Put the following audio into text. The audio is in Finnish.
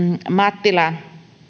mattila